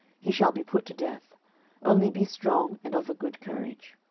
he shall be put to death only be strong and of a good courage.